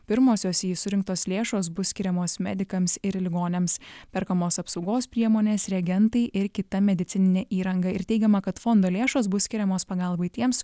pirmosios į jį surinktos lėšos bus skiriamos medikams ir ligoniams perkamos apsaugos priemonės reagentai ir kita medicininė įranga ir teigiama kad fondo lėšos bus skiriamos pagalbai tiems